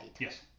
yes